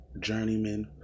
journeyman